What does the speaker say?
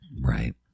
right